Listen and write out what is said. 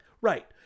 Right